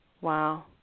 Wow